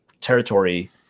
territory